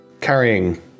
carrying